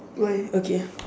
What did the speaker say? why okay